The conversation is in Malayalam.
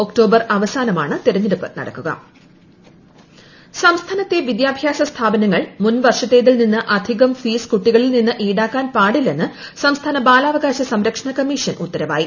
ഒക്ടോബർ അവസാന മാണ് തെരഞ്ഞെടുപ്പ് നടക്കുക ബാലാവകാശ കമ്മീഷൻ സംസ്ഥാനത്തെ വിദ്യാഭ്യാസ സ്ഥാപനങ്ങൾ മുൻവർഷത്തേതിൽ നിന്ന് അധികം ഫീസ് കുട്ടികളിൽ നിന്ന് ഈടാക്കാൻ പാടില്ലെന്ന് സംസ്ഥാന ബാലാവകാശ സംരക്ഷണ കമ്മീഷൻ ഉത്തരവായി